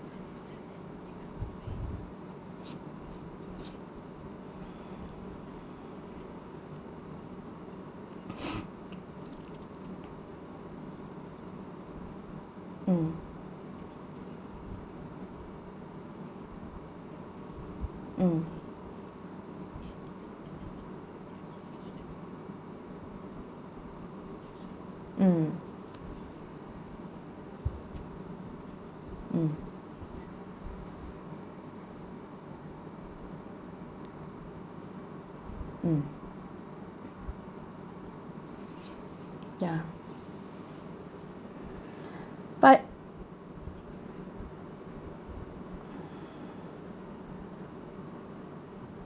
mm mm mm hmm mm ya but